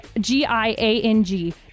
g-i-a-n-g